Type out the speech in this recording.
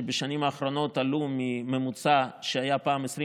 שבשנים האחרונות עלו מממוצע שהיה פעם 21